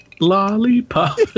lollipop